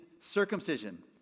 circumcision